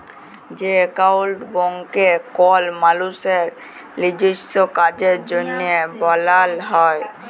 যে একাউল্ট ব্যাংকে কল মালুসের লিজস্য কাজের জ্যনহে বালাল হ্যয়